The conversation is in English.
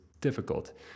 difficult